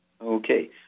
Okay